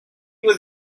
was